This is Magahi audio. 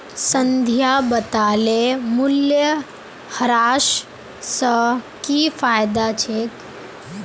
संध्या बताले मूल्यह्रास स की फायदा छेक